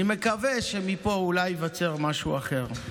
אני מקווה שמפה אולי ייווצר משהו אחר.